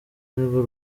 nirwo